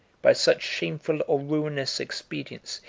by such shameful or ruinous expedients,